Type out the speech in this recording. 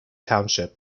township